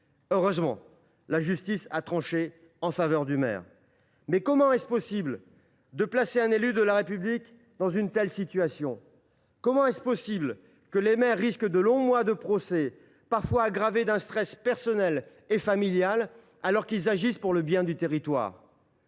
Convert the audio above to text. Heureusement, la justice a tranché en sa faveur. Mais comment est il possible de placer un élu de la République dans une telle situation ? Comment est il possible que les maires risquent de longs mois de procès, parfois aggravés d’un stress personnel et familial, alors qu’ils agissent pour le bien du territoire ?